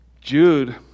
Jude